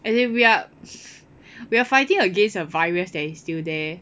as in we are we're fighting against a virus that is still there